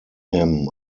him